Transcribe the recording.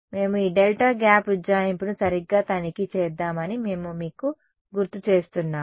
మేము ఈ delta gap ఉజ్జాయింపును సరిగ్గా తనిఖీ చేద్దాం అని మేము మీకు గుర్తు చేస్తున్నాము